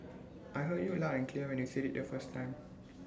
I heard you loud and clear when you said IT the first time